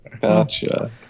Gotcha